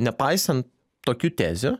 nepaisan tokių tezių